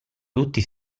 tutti